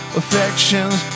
affections